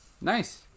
Nice